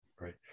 right